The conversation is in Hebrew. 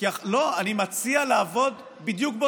מה אתה מציע לעשות,